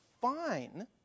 fine